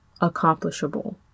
accomplishable